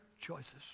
choices